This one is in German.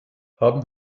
haben